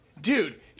Dude